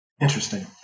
Interesting